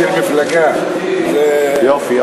הישיבה הבאה תתקיים מחר, יום רביעי, א'